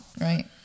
Right